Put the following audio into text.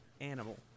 animal